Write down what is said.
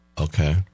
Okay